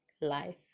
life